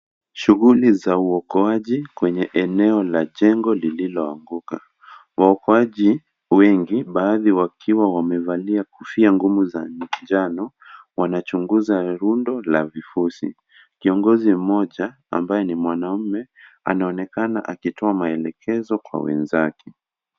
Shughuli za uokoaji kwenye eneo la jengo lililoanguka. Waokoaji wengi baadhi wakiwa wamevalia kofia ngumu za njano wanachunguza rundo la vifusi. Kiongozi mmoja ambaye ni mwanamume anaonekana akitoa maelekezo kwa wenzake.